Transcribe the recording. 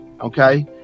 okay